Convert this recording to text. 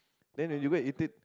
then when you go and eat it